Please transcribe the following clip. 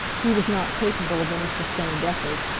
he was not capable of any sustained effort.